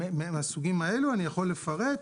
יש נתונים לגבי האנשים שהיו בתוך המערכת,